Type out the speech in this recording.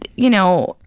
you know,